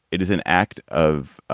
it is an act of.